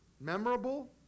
memorable